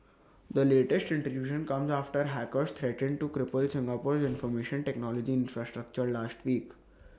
the latest intrusion comes after hackers threatened to cripple Singapore's information technology infrastructure last week